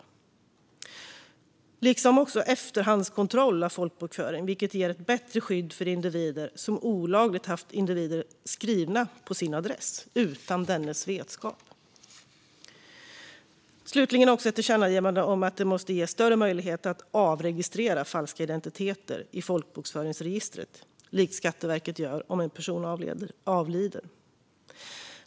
Det handlar också om efterhandskontroll av folkbokföring, vilket ger ett bättre skydd för en individ som utan vetskap haft individer olagligt skrivna på sin adress. Slutligen föreslås ett tillkännagivande om att det måste ges större möjligheter att avregistrera falska identiteter i folkbokföringsregistret, på samma sätt som Skatteverket gör när en person avlider.